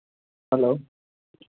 hello